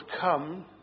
come